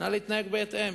נא להתנהג בהתאם.